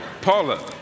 Paula